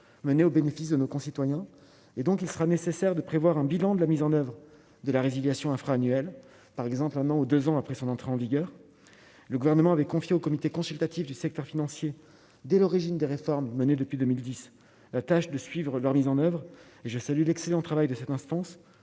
menées au bénéfice de nos concitoyens et donc il sera nécessaire de prévoir un bilan de la mise en oeuvre de la résiliation infra-annuelles par exemple un an ou 2 ans après son entrée en vigueur, le gouvernement avait confié au comité consultatif du secteur financier dès l'origine des réformes menées depuis 2010, la tâche de suivre leur mise en oeuvre, je salue l'excellent travail de cette instance,